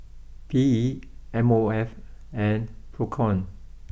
P E M O F and Procom